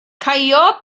caio